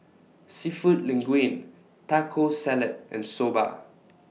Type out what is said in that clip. Seafood Linguine Taco Salad and Soba